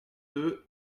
deux